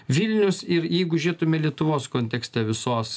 vilnius ir jeigu žiūrėtume lietuvos kontekste visos